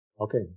Okay